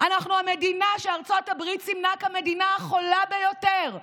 אנחנו המדינה שארצות הברית סימנה כמדינה חולה ביותר,